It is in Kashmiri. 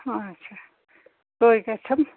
اَچھا کٔہۍ گَژھٮ۪م